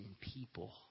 people